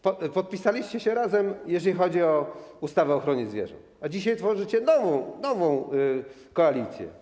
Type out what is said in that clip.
Podpisaliście się razem, jeżeli chodzi o ustawę o ochronie zwierząt, a dzisiaj tworzycie nową koalicję.